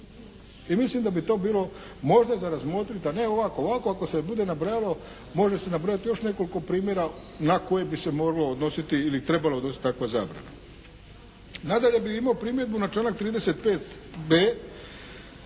I mislim da bi to bilo možda za razmotriti a ne ovako. Ovako ako se bude nabrajalo može se nabrojati još nekoliko primjera na koje bi se moglo odnositi ili trebala odnositi takva zabrana. Nadalje bi imao primjedbu na članak 35.b.